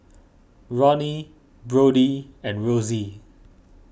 Ronnie Brodie and Rosy